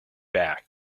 back